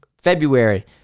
February